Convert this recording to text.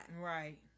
Right